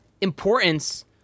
importance